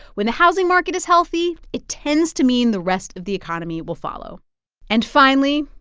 when the housing market is healthy, it tends to mean the rest of the economy will follow and finally,